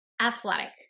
athletic